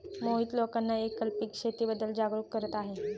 मोहित लोकांना एकल पीक शेतीबद्दल जागरूक करत आहे